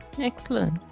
excellent